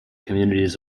communities